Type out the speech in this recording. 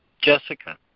Jessica